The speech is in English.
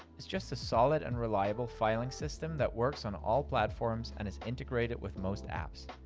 it's just a solid and reliable filing system that works on all platforms, and is integrated with most apps.